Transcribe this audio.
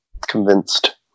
convinced